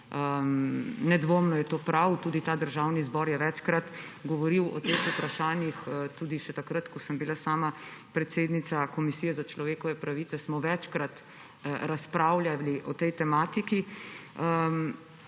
Nedvomno je to prav, tudi ta državni zbor je večkrat govoril o teh vprašanjih. Tudi še takrat, ko sem bila sama predsednica komisije za človekove pravice, smo večkrat razpravljali o tej tematiki.